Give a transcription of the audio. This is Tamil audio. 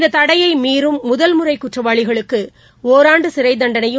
இந்த தடையை மீறும் முதல் முறை குற்றவாளிகளுக்கு ஒராண்டு சிறைத்தண்டனையும்